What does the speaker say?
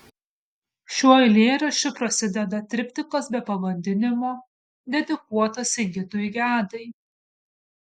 šiuo eilėraščiu prasideda triptikas be pavadinimo dedikuotas sigitui gedai